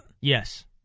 Yes